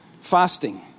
fasting